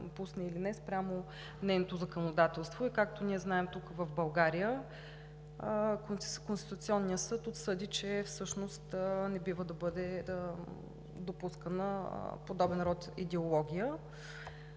допусне, или не спрямо нейното законодателство и, както ние знаем тук, в България, Конституционният съд отсъди, че всъщност не бива да бъде допускан подобен род идеология.